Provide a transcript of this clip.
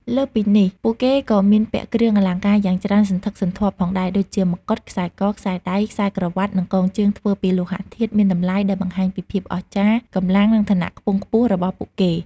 លើសពីនេះ ពួកគេក៏មានពាក់គ្រឿងអលង្ការយ៉ាងច្រើនសន្ធឹកសន្ធាប់ផងដែរ ដូចជា មកុដ ខ្សែក ខ្សែដៃ ខ្សែក្រវាត់ និងកងជើងធ្វើពីលោហៈធាតុមានតម្លៃ ដែលបង្ហាញពីភាពអស្ចារ្យ កម្លាំង និងឋានៈខ្ពង់ខ្ពស់របស់ពួកគេ។